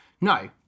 No